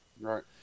Right